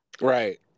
Right